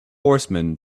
horseman